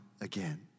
again